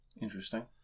Interesting